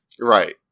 Right